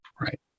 right